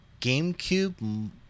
GameCube